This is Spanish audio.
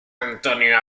antonio